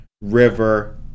River